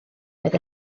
oedd